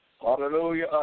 Hallelujah